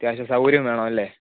അത്യാവശ്യം സൗകര്യം വേണം അല്ലേ